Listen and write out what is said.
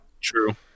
True